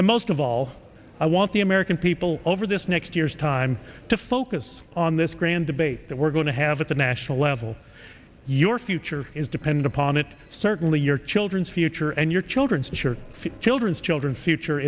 and most of all i want the american people over this next year's time to focus on this grand debate that we're going to have at the national level your future is depend upon it certainly your children's future and your children's sure children's children's future